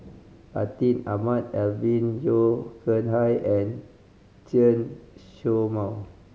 Atin Amat Alvin Yeo Khirn Hai and Chen Show Mao